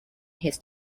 his